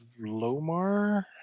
Lomar